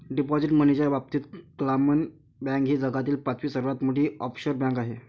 deposit मनीच्या बाबतीत क्लामन बँक ही जगातील पाचवी सर्वात मोठी ऑफशोअर बँक आहे